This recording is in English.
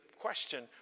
question